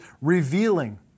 revealing